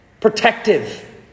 Protective